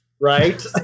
Right